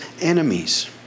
enemies